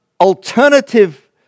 alternative